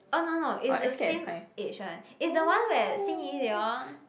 oh no no it's the same age one it's the one where Xin-Yi they all